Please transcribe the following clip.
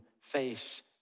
face